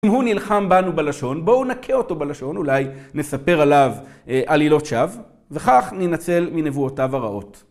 כי הוא נלחם בנו בלשון, בואו נכה אותו בלשון, אולי נספר עליו עלילות שווא, וכך ננצל מנבואותיו הרעות.